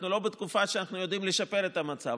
אנחנו לא בתקופה שאנחנו יודעים לשפר את המצב.